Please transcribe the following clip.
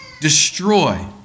destroy